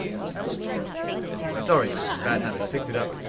you're doing that thing again. sorry georgie. bad habit. i picked it up,